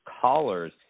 callers